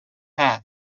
path